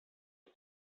ist